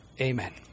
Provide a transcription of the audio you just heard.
Amen